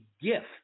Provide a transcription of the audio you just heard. gift